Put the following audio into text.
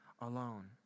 alone